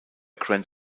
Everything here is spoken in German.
grand